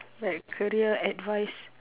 like career advice